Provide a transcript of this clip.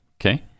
okay